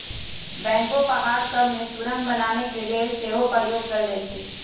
backhoe पहाड़ सभ में सुरंग बनाने के लेल सेहो प्रयोग कएल जाइ छइ